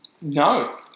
No